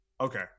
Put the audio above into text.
okay